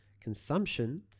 Consumption